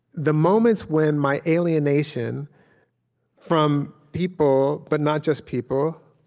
the moments when my alienation from people but not just people,